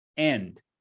end